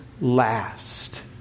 last